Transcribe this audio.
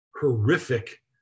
horrific